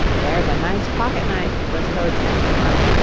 there's a nice pocket knife, was toad's next remark.